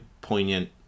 poignant